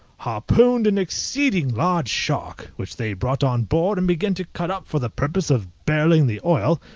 harpooned an exceeding large shark, which they brought on board and began to cut up for the purpose of barrelling the oil,